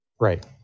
Right